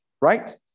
right